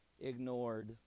ignored